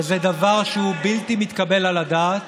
וזה דבר שהוא בלתי מתקבל על הדעת